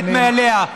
אל תעשה לי חוכמות.